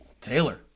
Taylor